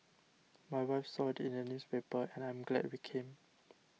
my wife saw it in the newspaper and I'm glad we came